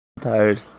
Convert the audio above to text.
tired